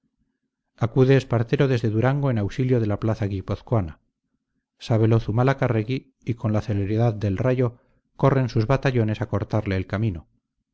acude espartero desde durango en auxilio de la plaza guipuzcoana sábelo zumalacárregui y con la celeridad del rayo corren sus batallones a cortarle el camino